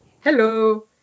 Hello